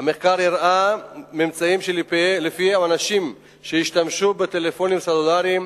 המחקר הראה ממצאים שלפיהם אנשים שהשתמשו בטלפונים סלולריים